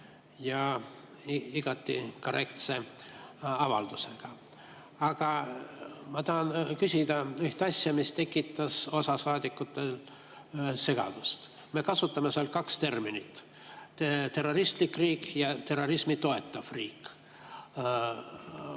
ja igati korrektse avaldusega. Aga ma tahan küsida üht asja, mis tekitas osas saadikutest segadust. Me kasutame seal kahte terminit: "terroristlik riik" ja "terrorismi toetav riik".